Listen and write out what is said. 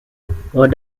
what